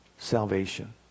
salvation